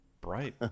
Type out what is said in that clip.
bright